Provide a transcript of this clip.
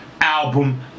album